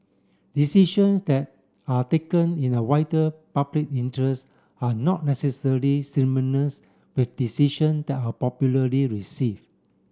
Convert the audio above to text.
decisions that are taken in the wider public interest are not necessary with decision that are popularly receive